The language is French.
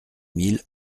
mille